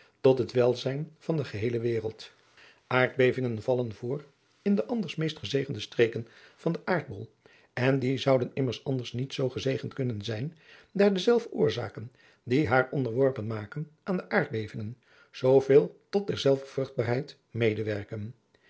tot het welzijn van de geheele wereld aardbevingen vallen voor in de anders meest gezegende streken van den aardbol en die zouden immers anders niet zoo gezegend kunnen zijn daar dezelfde oorzaken die haar onderworpen maken aan de aardbevingen zooveel tot derzelver vruchtbaarheid medewerken